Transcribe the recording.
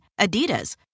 Adidas